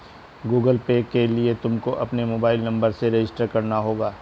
Google Pay के लिए तुमको अपने मोबाईल नंबर से रजिस्टर करना होगा